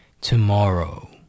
Tomorrow